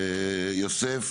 יוסף